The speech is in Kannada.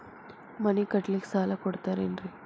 ಮನಿ ಕಟ್ಲಿಕ್ಕ ಸಾಲ ಕೊಡ್ತಾರೇನ್ರಿ?